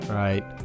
right